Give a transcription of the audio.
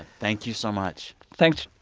thank you so much thanks.